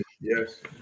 yes